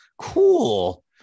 Cool